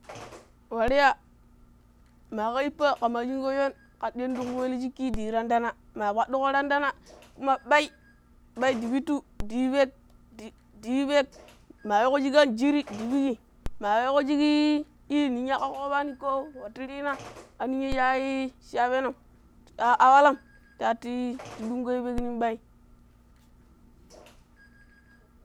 ﻿waryaa, maa kha yiippa khe chjingee shoon kgo schjon khaddii na ta khuuma ele chjikki dii yuu tana-tana, maa kpaddu kha tana tanai, kuma bai, bai ndii pittu nduu yuu peek dii, dii yuu peek maa wee kho schjik an jii ri ndii pbinkgii maa wee schjik ii, ii ninya iikho kgoo pbaa nii ko wattu rii na a ninya schi a ii, a pbeenom a a walam, taatu ii, taa dunkgo yuu pbeek nin bai yi.